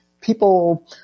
people